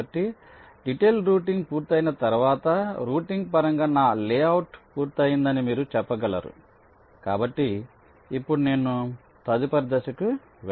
కాబట్టి detailed routing పూర్తయిన తర్వాత రౌటింగ్ పరంగా నా లేఅవుట్ పూర్తయిందని మీరు చెప్పగలరు కాబట్టి ఇప్పుడు నేను తదుపరి దశకు వెళ్తాను